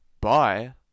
Bye